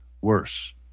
worse